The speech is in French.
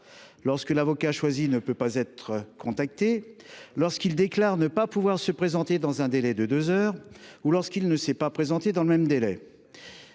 lorsque l’avocat choisi ne peut être contacté ; lorsqu’il déclare ne pas pouvoir se présenter dans un délai de deux heures ; enfin, lorsqu’il ne s’est pas présenté dans le même délai.